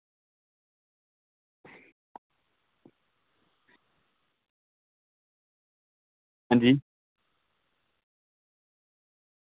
हां जी